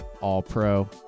All-Pro